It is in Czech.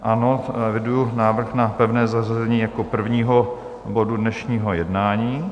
Ano, eviduji návrh na pevné zařazení jako prvního bodu dnešního jednání.